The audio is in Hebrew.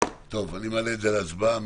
אני מעלה את זה להצבעה.